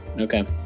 Okay